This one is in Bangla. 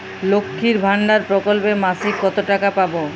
লক্ষ্মীর ভান্ডার প্রকল্পে মাসিক কত টাকা পাব?